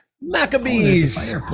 Maccabees